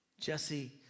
Jesse